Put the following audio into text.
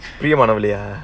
ப்ரியமானவளேயா:priyamanavaleyaa